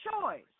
choice